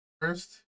First